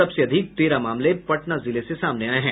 सबसे अधिक तेरह मामले पटना जिले से सामने आये है